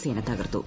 സേന തകർത്തു